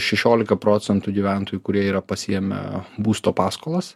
šešiolika procentų gyventojų kurie yra pasiėmę būsto paskolas